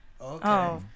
Okay